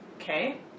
Okay